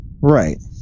Right